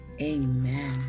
amen